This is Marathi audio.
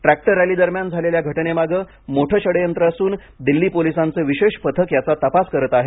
ट्रॅक्टर रॅली दरम्यान झालेल्या घटनेमागे मोठं षडयंत्र असून दिल्ली पोलिसांचे विशेष पथक याचा तपास करत आहे